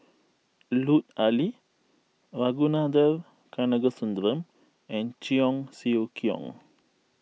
Lut Ali Ragunathar Kanagasuntheram and Cheong Siew Keong